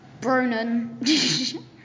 Bronan